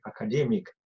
academic